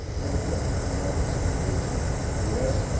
and the deputy for market innovation at dps.